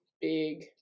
big